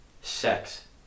Sex